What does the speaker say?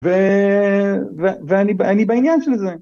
ואני בעניין של זה.